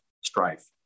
strife